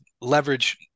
leverage